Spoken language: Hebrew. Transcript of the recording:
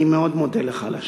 אני מאוד מודה לך על השאלה,